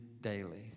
daily